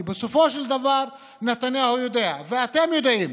כי בסופו של דבר נתניהו יודע ואתם יודעים